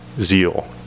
Zeal